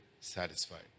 satisfied